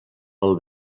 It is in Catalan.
pel